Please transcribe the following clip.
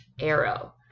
arrow